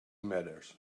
matters